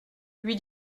lui